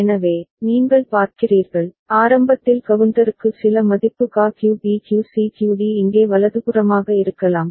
எனவே நீங்கள் பார்க்கிறீர்கள் ஆரம்பத்தில் கவுண்டருக்கு சில மதிப்பு QA QB QC QD இங்கே வலதுபுறமாக இருக்கலாம்